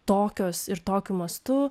tokios ir tokiu mastu